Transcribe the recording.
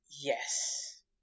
yes